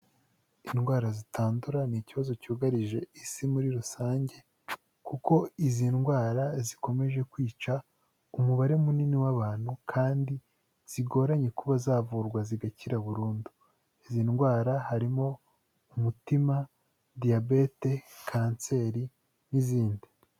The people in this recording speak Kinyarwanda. Indwara zitandura n'ikibazo cyugarije isi muri rusange kuko izi ndwara zikomeje kwica umubare munini w'abantu, kandi zigoranye kuba zavurwa zigakira burundu izi ndwara harimo umutima, diyabete, kanseri n'izindi.